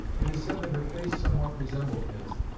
it is said that her face somewhat resembled his,